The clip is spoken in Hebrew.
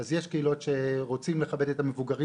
אז יש קהילות שרוצות לכבד את המבוגרים